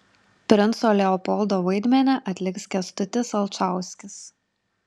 princo leopoldo vaidmenį atliks kęstutis alčauskis